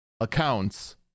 Accounts